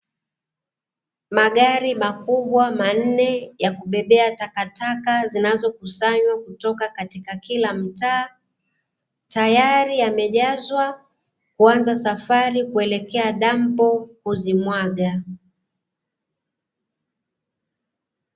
Magari makubwa manne ya kubbebea takataka zinazokusanywa kutoka katika kila mtaa, tayari yamejazwa kuanza safari kuelekea dampo kuzimwaga.